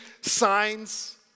signs